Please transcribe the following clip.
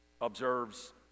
observes